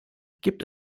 gibt